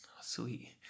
Sweet